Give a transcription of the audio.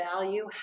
value